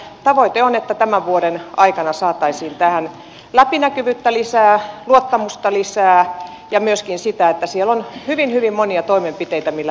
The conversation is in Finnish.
tavoite on että tämän vuoden aikana saataisiin tähän läpinäkyvyyttä lisää luottamusta lisää ja myöskin sitä että siellä on hyvin hyvin monia toimenpiteitä millä